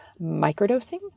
microdosing